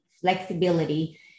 flexibility